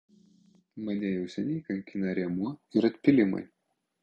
mane jau seniai kankina rėmuo ir atpylimai